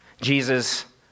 Jesus